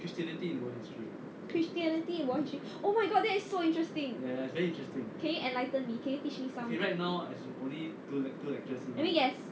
christianity in world history oh my god that is so interesting can you enlighten me can you teach me some I mean yes